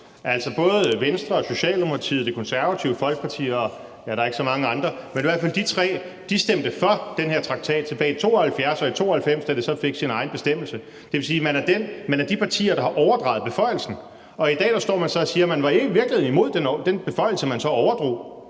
fald både Venstre, Socialdemokratiet og Det Konservative Folkeparti stemte for den her traktat tilbage i 1972 og i 1992, da det så fik sin egen bestemmelse. Det vil sige, at man er de partier, der har overdraget beføjelsen, og i dag står man så og siger, at man i virkeligheden var imod den beføjelse, man så overdrog.